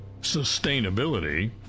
sustainability